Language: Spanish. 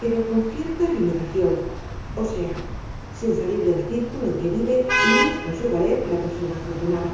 pero con cierta limitación ó sea sin salir del círculo en que vive y muestra su valer la persona afortunada